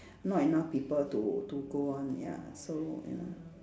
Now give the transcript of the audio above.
not enough people to to go on ya so ya